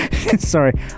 Sorry